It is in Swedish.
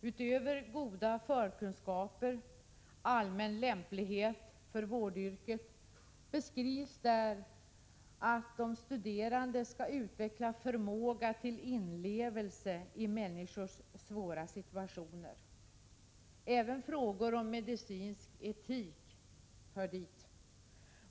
Utöver goda förkunskaper och allmän lämplighet för vårdyrket beskrivs där bl.a. att de studerande skall utveckla förmåga till inlevelse i människors svåra situationer. Även frågor om medicinsk etik hör till.